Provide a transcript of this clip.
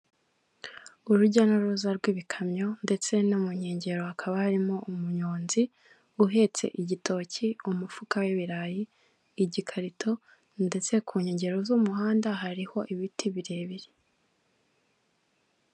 Urujya n'uruza rw'ibikamyo ndetse no mu nkengero hakaba harimo umunyonzi uhetse igitoki, umufuka w'ibirayi, igikarito ndetse ku nkengero z'umuhanda hariho ibiti birebire.